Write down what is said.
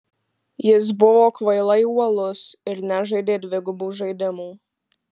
jis buvo kvailai uolus ir nežaidė dvigubų žaidimų